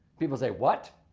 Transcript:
people say, what?